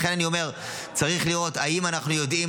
לכן אני אומר: צריך לראות אם אנחנו יודעים